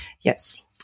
yes